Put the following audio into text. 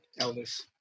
elvis